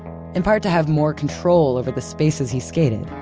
in part to have more control over the spaces he skated.